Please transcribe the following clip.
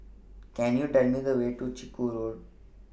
Can YOU Tell Me The Way to Chiku Road